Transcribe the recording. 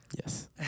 Yes